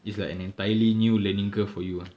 it's like an entirely new learning curve for you uh